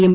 M